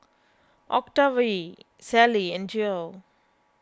Octavie Sally and Geo